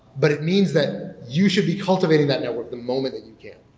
but it means that you should be cultivating that network the moment that you can,